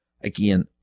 again